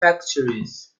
factories